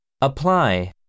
Apply